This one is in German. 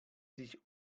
sich